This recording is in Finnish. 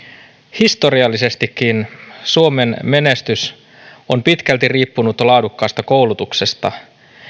historiallisestikin suomen menestys on pitkälti riippunut laadukkaasta koulutuksesta